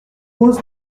cause